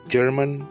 German